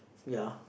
ya